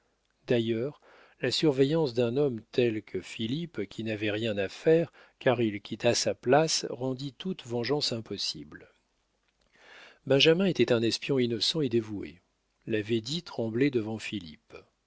d'ailleurs la surveillance d'un homme tel que philippe qui n'avait rien à faire car il quitta sa place rendit toute vengeance impossible benjamin était un espion innocent et dévoué la védie tremblait devant